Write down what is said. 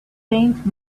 faint